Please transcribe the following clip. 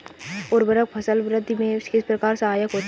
उर्वरक फसल वृद्धि में किस प्रकार सहायक होते हैं?